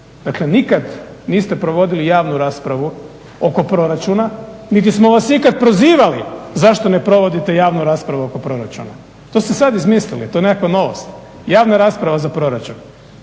Dakle nikad niste provodili javnu raspravu oko proračuna niti smo vas ikada prozivali zašto ne provodite javnu raspravu oko proračuna. to ste sada izmislili, to je nekakva novost, javna rasprava za proračun.